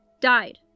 died